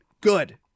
good